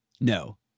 No